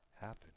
happen